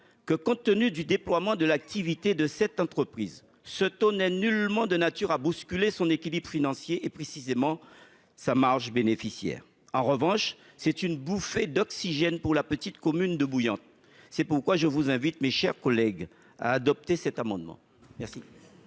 Compte tenu de la croissance de l'activité de cette entreprise, un tel taux ne serait nullement de nature à bousculer son équilibre financier et, plus précisément, sa marge bénéficiaire. En revanche, il représenterait une bouffée d'oxygène pour la petite commune de Bouillante. C'est pourquoi je vous invite, mes chers collègues, à adopter cet amendement. Quel